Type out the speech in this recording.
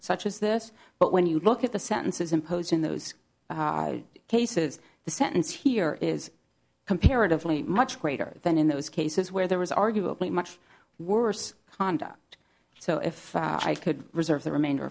such as this but when you look at the sentences imposed in those cases the sentence here is comparatively much greater than in those cases where there was arguably much worse conduct so if i could reserve the remainder